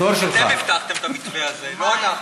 אתם הבטחתם את המתווה הזה, לא אנחנו.